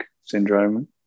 syndrome